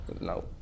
No